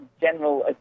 General